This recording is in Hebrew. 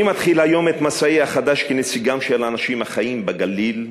אני מתחיל היום את מסעי החדש כנציגם של האנשים החיים בגליל,